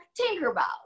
Tinkerbell